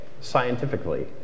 scientifically